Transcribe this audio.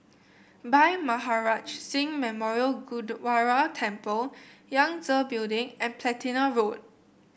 Bhai Maharaj Singh Memorial Gurdwara Temple Yangtze Building and Platina Road